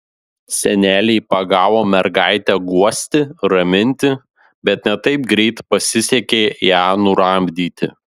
senelė pagavo mergaitę guosti raminti bet ne taip greit pasisekė ją nuramdyti